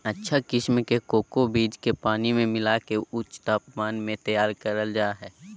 अच्छा किसम के कोको बीज के पानी मे मिला के ऊंच तापमान मे तैयार करल जा हय